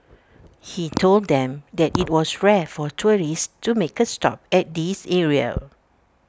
he told them that IT was rare for tourists to make A stop at this area